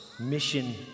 Mission